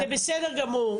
זה בסדר גמור.